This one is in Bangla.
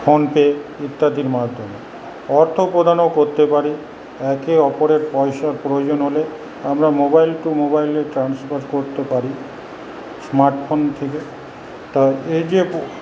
ফোনপে ইত্যাদির মাধ্যমে অর্থ প্রদানও করতে পারি একে ওপরের পয়সার প্রয়োজন হলে আমরা মোবাইল টু মোবাইলে ট্রান্সফার করতে পারি স্মার্ট ফোন থেকে এই যে